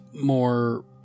more